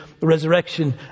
resurrection